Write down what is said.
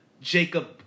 Jacob